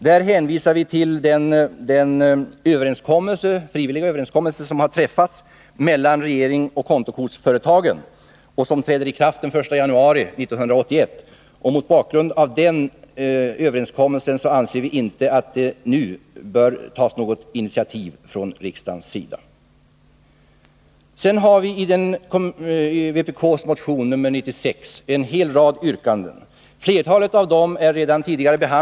Där hänvisar vi till den frivilliga överenskommelse som träffats mellan regeringen och kontokortsföretagen och som träder i kraft den 1 januari 1981. Mot bakgrund av den överenskommelsen anser vi inte att det nu bör tas något initiativ från riksdagens sida. 71 Nr 54 Sedan har vi i vpk:s motion 96 en hel rad yrkanden. Flertalet har behandlats tidigare.